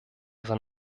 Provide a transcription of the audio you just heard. sein